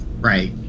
Right